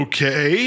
Okay